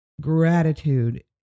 gratitude